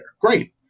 great